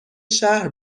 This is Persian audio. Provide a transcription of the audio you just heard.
شهر